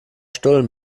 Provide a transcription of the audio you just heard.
stullen